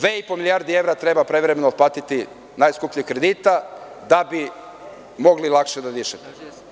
Dve i po milijardi evra treba prevremeno otplatiti najskupljeg kredita da bi mogli lakše da dišemo.